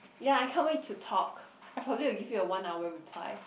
ya I can't wait to talk I'd probably give you a one hour reply